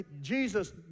Jesus